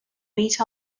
meet